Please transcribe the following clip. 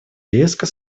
резко